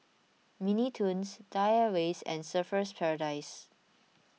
Mini Toons Thai Airways and Surfer's Paradise